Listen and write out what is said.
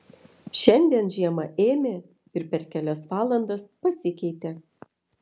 šiandien žiema ėmė ir per kelias valandas pasikeitė